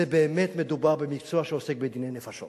באמת מדובר במקצוע שעוסק בדיני נפשות.